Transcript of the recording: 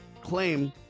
claim